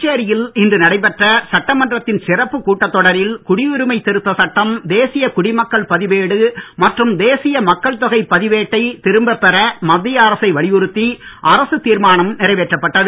புதுச்சேரியில் இன்று நடைபெற்ற சட்டமன்றத்தின் சிறப்பு கூட்டத் தொடரில் குடியுரிமை திருத்த சட்டம் தேசிய குடிமக்கள் பதிவேடு மற்றும் தேசிய மக்கள் தொகை பதிவேட்டை திரும்ப பெற மத்திய அரசை வலியுறுத்தி அரசுத் தீர்மானம் நிறைவேற்றப்பட்டது